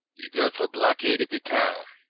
jugurtha blockaded the town,